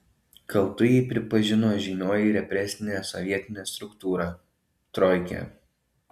kaltu jį pripažino žymioji represinė sovietinė struktūra troikė